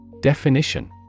Definition